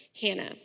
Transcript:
Hannah